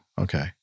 Okay